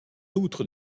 outre